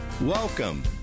Welcome